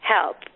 help